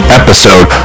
episode